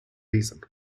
reason